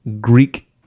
Greek